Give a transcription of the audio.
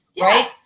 right